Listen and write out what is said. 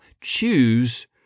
choose